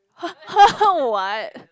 what